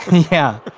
yeah,